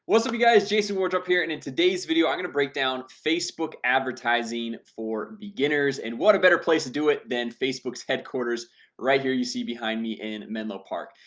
what's up you guys jason wardrop here and in today's video i'm gonna break down facebook advertising for beginners and what a better place to do it than facebook's headquarters right here you see behind me in menlo park.